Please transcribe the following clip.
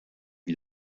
wie